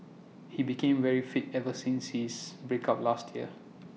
he became very fit ever since his break up last year